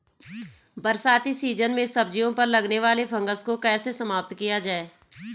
बरसाती सीजन में सब्जियों पर लगने वाले फंगस को कैसे समाप्त किया जाए?